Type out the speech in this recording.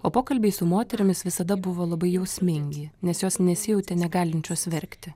o pokalbiai su moterimis visada buvo labai jausmingi nes jos nesijautė negalinčios verkti